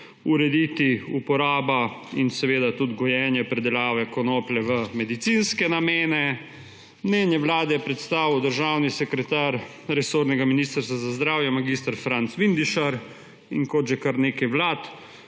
urediti uporabo in tudi gojenje ter predelavo konoplje v medicinske namene. Mnenje Vlade je predstavil državni sekretar resornega Ministrstva za zdravje mag. Franc Vindišar in – kot že kar nekaj vlad